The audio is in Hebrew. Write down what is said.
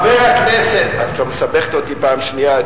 את כבר מסבכת אותי פעם שנייה.